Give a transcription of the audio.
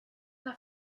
the